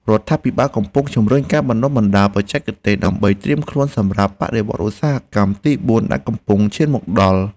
រដ្ឋាភិបាលកំពុងជំរុញការបណ្តុះបណ្តាលបច្ចេកទេស ដើម្បីត្រៀមខ្លួនសម្រាប់បដិវត្តឧស្សាហកម្មទីបួនដែលកំពុងឈានមកដល់។